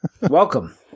welcome